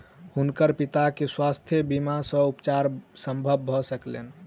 हुनकर पिता के स्वास्थ्य बीमा सॅ उपचार संभव भ सकलैन